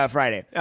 Friday